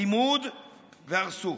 לימוד והרסו,